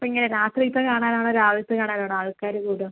അപ്പോൾ എങ്ങനെയാണ് രാത്രിയിലത്തെ കാണാനാണോ രാവിലത്തെ കാണാനാണോ ആൾക്കാർ കൂടുക